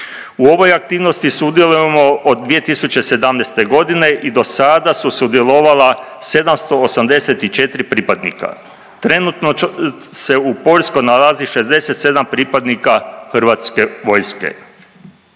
U ovoj aktivnosti sudjelujemo od 2017. godine i do sada su sudjelovala 784 pripadnika. Trenutno se u Poljskoj nalazi 67 pripadnika Hrvatske vojske.